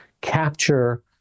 capture